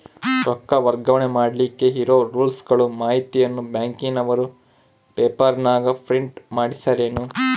ರೊಕ್ಕ ವರ್ಗಾವಣೆ ಮಾಡಿಲಿಕ್ಕೆ ಇರೋ ರೂಲ್ಸುಗಳ ಮಾಹಿತಿಯನ್ನ ಬ್ಯಾಂಕಿನವರು ಪೇಪರನಾಗ ಪ್ರಿಂಟ್ ಮಾಡಿಸ್ಯಾರೇನು?